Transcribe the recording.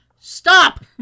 stop